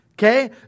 Okay